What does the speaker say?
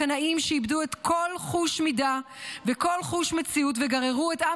הקנאים שאיבדו כל חוש מידה וכל חוש מציאות וגררו את עם